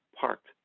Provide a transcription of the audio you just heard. parked